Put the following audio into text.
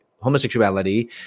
Homosexuality